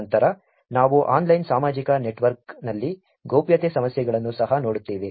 ನಂತರ ನಾವು ಆನ್ಲೈನ್ ಸಾಮಾಜಿಕ ನೆಟ್ವರ್ಕ್ನಲ್ಲಿ ಗೌಪ್ಯತೆ ಸಮಸ್ಯೆಗಳನ್ನು ಸಹ ನೋಡುತ್ತೇವೆ